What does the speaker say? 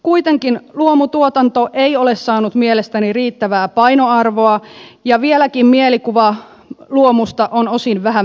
kuitenkaan luomutuotanto ei ole saanut mielestäni riittävää painoarvoa ja vieläkin mielikuva luomusta on osin vähän väärä